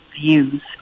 views